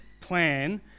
plan